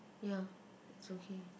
ya it's okay